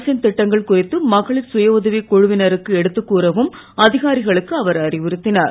அரசின் திட்டங்கள் குறித்து மகளிர் சுயஉதவிக் குழுவினருக்கு எடுத்துக் கூறவும் அதிகாரிகளுக்கு அவர் அறிவுறுத்தினார்